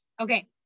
Okay